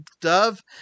dove